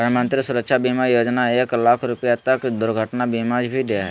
प्रधानमंत्री सुरक्षा बीमा योजना एक लाख रुपा तक के दुर्घटना बीमा भी दे हइ